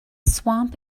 swamp